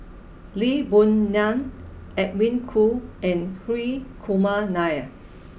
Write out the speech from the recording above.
Lee Boon Ngan Edwin Koo and Hri Kumar Nair